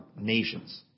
nations